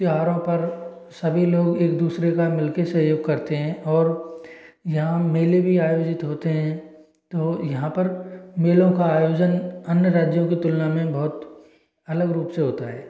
त्योहारों पर सभी लोग एक दूसरे का मिल कर सहयोग करते हैं और यहाँ मेले भी आयोजित होते हैं तो यहाँ पर मेलों का आयोजन अन्य राज्यों की तुलना में बहुत अलग रूप से होता है